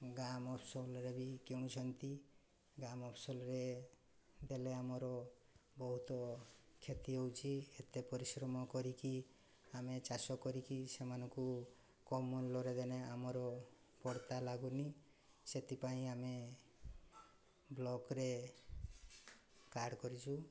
ଗାଁ ମଫସଲରେ ବି କିଣୁଛନ୍ତି ଗାଁ ମଫସଲରେ ଦେଲେ ଆମର ବହୁତ କ୍ଷତି ହେଉଛି ଏତେ ପରିଶ୍ରମ କରିକି ଆମେ ଚାଷ କରିକି ସେମାନଙ୍କୁ କମ୍ ମୂଲ୍ୟରେ ଦେଲେ ଆମର ପଡ଼ତା ଲାଗୁନି ସେଥିପାଇଁ ଆମେ ବ୍ଲକରେ କାର୍ଡ଼ କରିଛୁ